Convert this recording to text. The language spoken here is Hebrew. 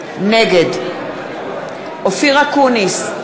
נגד אופיר אקוניס,